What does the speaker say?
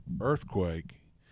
earthquake